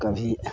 कभी